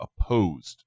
opposed